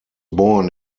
born